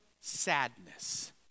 sadness